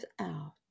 out